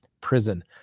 prison